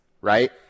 right